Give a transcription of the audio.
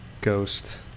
Ghost